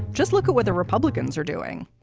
just look at what the republicans are doing.